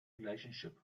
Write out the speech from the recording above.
relationship